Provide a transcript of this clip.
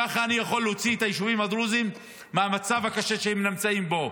ככה אני יכול להוציא את היישובים הדרוזיים מהמצב הקשה שהם נמצאים בו,